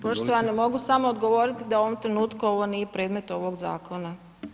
Poštovani, mogu samo odgovoriti da u ovom trenutku, ovo nije predmet ovog zakona.